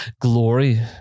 glory